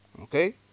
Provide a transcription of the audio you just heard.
Okay